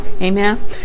Amen